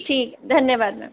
ठीक है धन्यवाद मेम